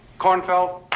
cornfeld,